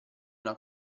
una